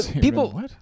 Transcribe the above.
People